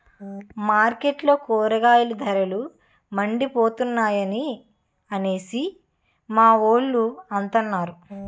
మార్కెట్లో కూరగాయల ధరలు మండిపోతున్నాయి అనేసి మావోలు అంతన్నారు